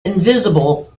invisible